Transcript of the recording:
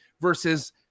versus